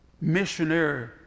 missionary